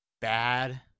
bad